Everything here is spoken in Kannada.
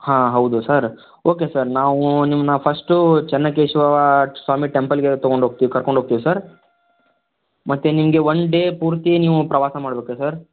ಹಾಂ ಹೌದು ಸರ್ ಓಕೆ ಸರ್ ನಾವು ನಿಮ್ಮನ್ನ ಫಸ್ಟು ಚೆನ್ನಕೇಶವ ಸ್ವಾಮಿ ಟೆಂಪಲ್ಗೆ ತಗೊಂಡೋಗ್ತೀವಿ ಕರ್ಕೊಂಡೋಗ್ತೀವಿ ಸರ್ ಮತ್ತು ನಿಮಗೆ ಒನ್ ಡೇ ಪೂರ್ತಿ ನೀವು ಪ್ರವಾಸ ಮಾಡ್ಬೇಕಾ ಸರ್